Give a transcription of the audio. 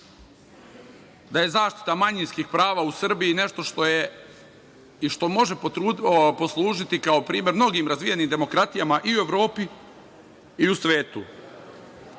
da je zaštita manjinskih prava u Srbiji nešto što može poslužiti kao primer mnogim razvijenim demokratijama i u Evropi i u svetu. Naime,